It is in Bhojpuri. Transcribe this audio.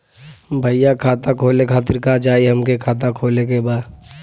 भईया खाता खोले खातिर का चाही हमके खाता खोले के बा?